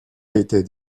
était